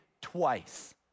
twice